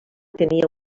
tenia